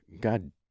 God